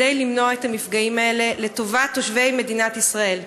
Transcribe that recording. כדי למנוע את המפגעים האלה לטובת תושבי מדינת ישראל?